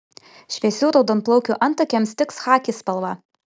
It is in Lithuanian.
šviesių raudonplaukių antakiams tiks chaki spalva